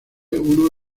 uno